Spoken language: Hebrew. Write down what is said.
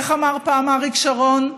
איך אמר פעם אריק שרון?